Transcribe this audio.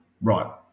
Right